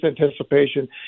Anticipation